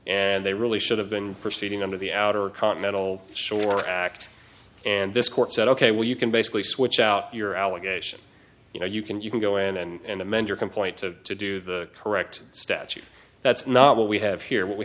and they really should have been proceeding under the outer continental shore act and this court said ok well you can basically switch out your allegation you know you can you can go in and amend your complaint to to do the correct statute that's not what we have here w